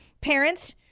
Parents